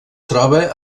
troba